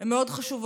הן מאוד חשובות.